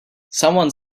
someone